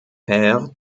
père